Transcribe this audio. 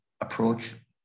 approach